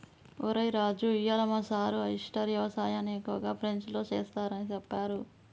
ఒరై రాజు ఇయ్యాల మా సారు ఆయిస్టార్ యవసాయన్ని ఎక్కువగా ఫ్రెంచ్లో సెస్తారని సెప్పారు